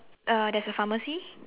uh there's a pharmacy